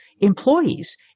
employees